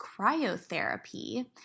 Cryotherapy